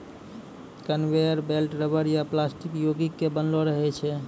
conveyor belt rubber या plastic योगिक के बनलो रहै छै